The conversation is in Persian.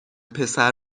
پسر